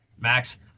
Max